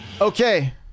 Okay